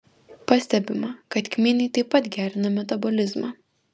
pastebima kad kmynai taip pat gerina metabolizmą